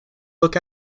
look